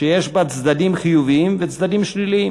שיש בה צדדים חיוביים וצדדים שליליים.